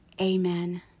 Amen